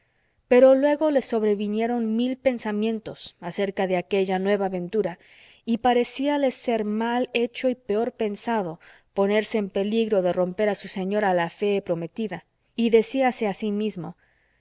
pero luego le sobrevinieron mil pensamientos acerca de aquella nueva aventura y parecíale ser mal hecho y peor pensado ponerse en peligro de romper a su señora la fee prometida y decíase a sí mismo